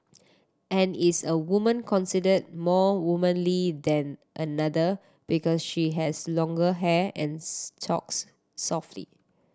and is a woman considered more womanly than another because she has longer hair and talks softly